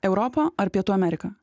europa ar pietų amerika